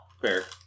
Fair